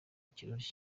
ikirundi